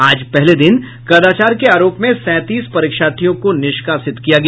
आज पहले दिन कदाचार के आरोप में सैंतीस परीक्षार्थियों को निष्कासित किया गया